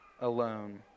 alone